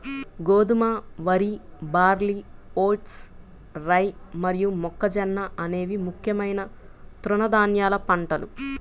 గోధుమ, వరి, barley, oats, rye మరియు మొక్కజొన్న అనేవి ముఖ్యమైన తృణధాన్యాల పంటలు